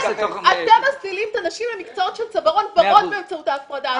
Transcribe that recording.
אתם מפנים את הנשים למקצועות של צווארון ורוד באמצעות ההפרדה הזאת.